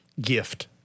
gift